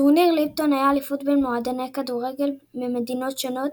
טורניר ליפטון היה אליפות בין מועדוני כדורגל ממדינות שונות,